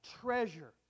treasure